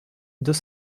deux